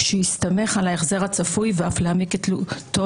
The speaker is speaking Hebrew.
שיסתמך על ההחזר הצפוי ואך להעמיק את תלותו